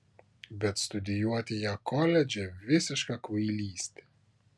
bet studijuoti ją koledže visiška kvailystė